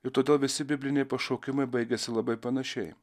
ir todėl visi bibliniai pašaukimai baigiasi labai panašiai